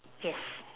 yes